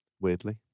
weirdly